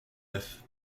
neuf